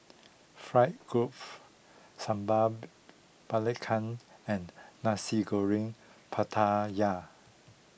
Fried Group Sambal Belacan and Nasi Goreng Pattaya